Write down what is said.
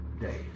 day